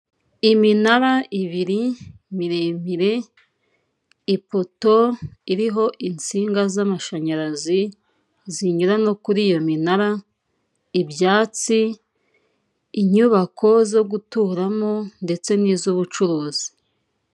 Iminara ibiri miremire ipto iriho insinga z'amashanyarazi zinyura no kuri iyo minara ibyatsi inyubako zo guturamo ndetse n'iz'ubucuruzi.